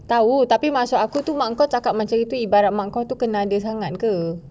tahu tapi maksud aku mak kau cakap macam itu ibarat mak kau kenal dia sangat ke